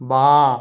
বাঁ